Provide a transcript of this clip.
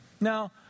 Now